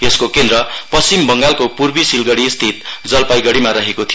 यसको केन्द्र पश्चिम बङ्गालको पूर्वी सिलगढ़ीस्थित जलपाइगढ़ीमा रहेको थियो